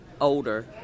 older